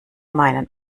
meinen